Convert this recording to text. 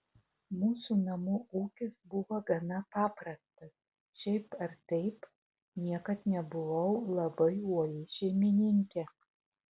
mūsų namų ūkis buvo gana paprastas šiaip ar taip niekad nebuvau labai uoli šeimininkė